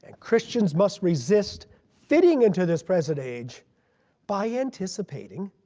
and christians must resist fitting into this present age by anticipating